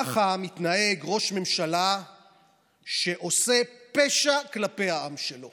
ככה מתנהג ראש ממשלה שעושה פשע כלפי העם שלו,